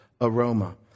aroma